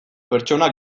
pertsonak